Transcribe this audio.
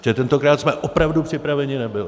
Protože tentokrát jsme opravdu připraveni nebyli.